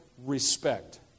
respect